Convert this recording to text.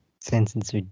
sentence